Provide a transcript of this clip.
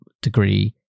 degree